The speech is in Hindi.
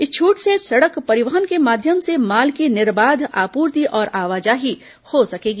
इस छूट से सड़क परिवहन के माध्यम से माल की निर्बाघ आपूर्ति और आवाजाही हो सकेगी